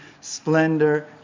splendor